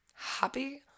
Happy